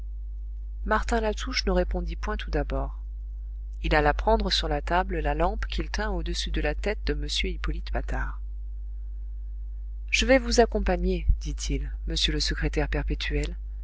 martin latouche ne répondit point tout d'abord il alla prendre sur la table la lampe qu'il tint au-dessus de la tête de m hippolyte patard je vais vous accompagner dit-il monsieur le secrétaire perpétuel